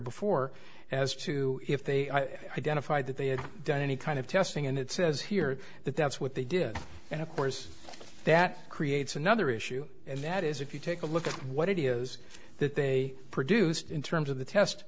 before as to if they identified that they had done any kind of testing and it says here that that's what they did and of course that creates another issue and that is if you take a look at what it is that they produced in terms of the test